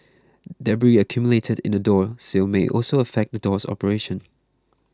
debris accumulated in the door sill may also affect the door's operation